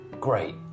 great